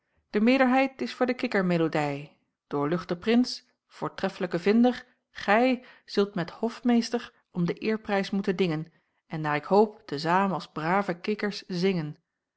de meerderheid is voor de kikkermelodij doorluchte prins voortreffelijke vinder gij zult met hofmeester om den eerprijs moeten dingen en naar ik hoop te zaâm als brave kikkers zingen